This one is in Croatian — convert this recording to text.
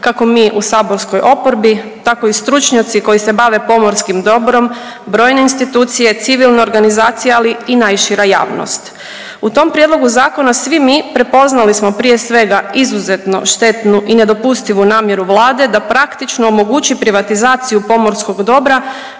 Kako mi u saborskoj oporbi, tako i stručnjaci koji se bave pomorskim dobrom, brojne institucije, civilne organizacije, ali i najšira javnost. U tom Prijedlogu zakona svi mi prepoznali smo prije svega, izuzetno štetnu i nedopustivu namjeru Vlade da praktično omogući privatizaciju pomorskog dobra